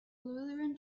lutheran